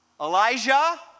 Elijah